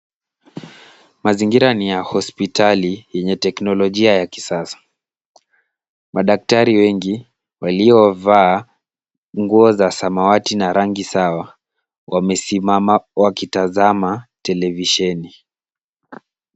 Mazingira ni ya hospitali yenye teknolojia ya kisasa. Madaktari wengi waliovaa nguo za samawati na rangi sawa, wamesimama wakitazama televisheni.